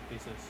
places